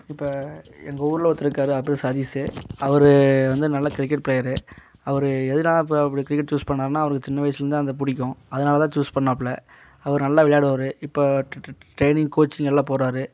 இப்போ எங்கள் ஊரில் ஒருத்தரு இருக்காரு அவர் பேர் சதீஸு அவர் வந்து நல்ல கிரிக்கெட் பிளேயரு அவர் எதனால இப்போ அப்படி கிரிக்கெட் சூஸ் பண்ணிணாருனா அவனுக்கு சின்ன வயசுலேருந்து அந்த பிடிக்கும் அதனால் தான் சூஸ் பண்ணாப்புல அவர் நல்லா விளையாடுவார் இப்போ டிரெய்னிங் கோச்சிங் எல்லாம் போகிறாரு